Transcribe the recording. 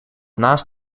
naast